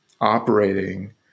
operating